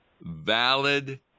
valid